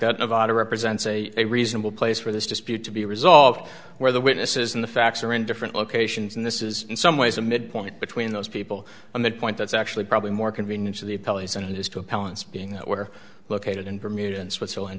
that nevada represents a reasonable place for this dispute to be resolved where the witnesses and the facts are in different locations and this is in some ways a midpoint between those people on that point that's actually probably more convenient to the police and is to appellants being that were located in bermuda in switzerland